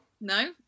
No